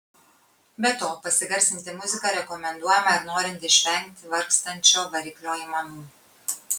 be to pasigarsinti muziką rekomenduojama ir norint išvengti vargstančio variklio aimanų